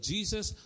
Jesus